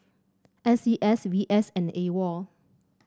N C S V S and AWOL